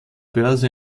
börse